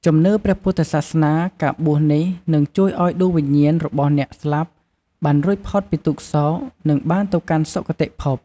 ជំនឿព្រះពុទ្ធសាសនា ការបួសនេះនឹងជួយឲ្យដួងវិញ្ញាណរបស់អ្នកស្លាប់បានរួចផុតពីទុក្ខសោក និងបានទៅកាន់សុគតិភព។